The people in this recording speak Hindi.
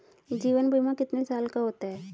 जीवन बीमा कितने साल का होता है?